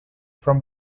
from